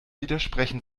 widersprechen